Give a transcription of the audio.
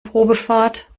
probefahrt